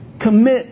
commit